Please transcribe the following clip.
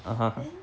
(uh huh)